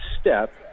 step